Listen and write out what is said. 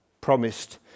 promised